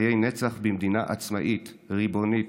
לחיי נצח במדינה עצמאית, ריבונית,